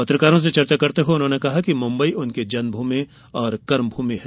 पत्रकारों से चर्चा करते हुए उन्होंने कहा कि मुम्बई उनकी जन्मभूमि और कर्मभूमि है